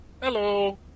Hello